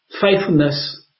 faithfulness